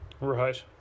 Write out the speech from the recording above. Right